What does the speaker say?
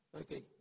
Okay